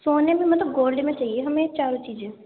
سونے میں مطلب گولڈ میں چاہیے ہمیں چاروں چیزیں